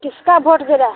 किसका भोट गिरा है